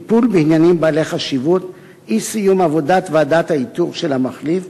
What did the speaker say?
טיפול בעניינים בעלי חשיבות ואי-סיום עבודת ועדת האיתור של המחליף,